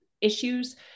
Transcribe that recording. issues